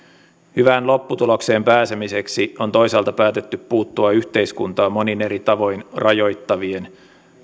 hyvään lopputulokseen pääsemiseksi on toisaalta päätetty puuttua yhteiskuntaa monin eri tavoin rajoittavien